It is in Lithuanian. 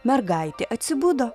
mergaitė atsibudo